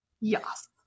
Yes